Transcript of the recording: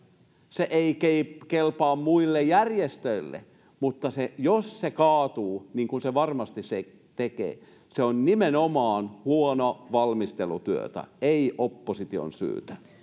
se ei kelpaa muille järjestöille ja jos se kaatuu niin kuin se varmasti tekee se on nimenomaan huonon valmistelutyön ei opposition syytä